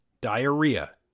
diarrhea